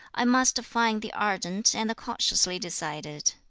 i must find the ardent and the cautiously-decided.